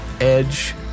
edge